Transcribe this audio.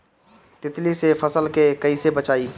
तितली से फसल के कइसे बचाई?